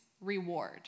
reward